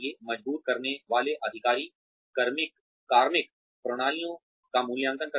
मजबूत करने वाले अधिकारी कार्मिक प्रणालियों का मूल्यांकन करते हैं